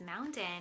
mountain